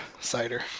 cider